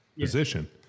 position